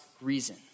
reason